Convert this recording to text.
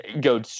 go